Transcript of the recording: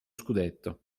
scudetto